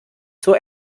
zur